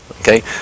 okay